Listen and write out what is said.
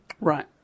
Right